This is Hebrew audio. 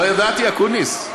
לא ידעתי, אקוניס.